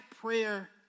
prayer